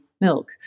milk